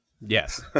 Yes